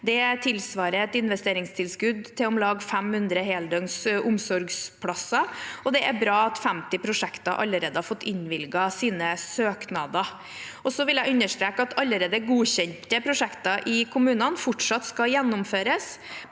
Det tilsvarer et investeringstilskudd til om lag 500 heldøgns omsorgsplasser, og det er bra at 50 prosjekter allerede har fått innvilget sine søknader. Jeg vil understreke at allerede godkjente prosjekter i kommunene fortsatt skal gjennomføres.